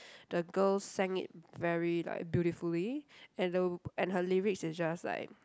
the girl sang it very like beautifully and the and her lyrics is just like